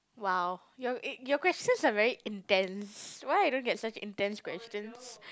!wow! your uh your questions are very intense why I don't get such intense questions